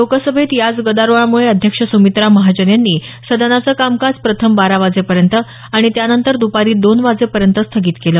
लोकसभेत याच गदारोळामुळे अध्यक्ष सुमित्रा महाजन यांनी सदनाचं कामकाज प्रथम बारा वाजेपर्यंत आणि त्यानंतर दुपारी दोनवाजेयंत स्थगित केलं